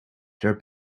their